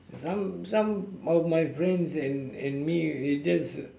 some some of my friends and and me we just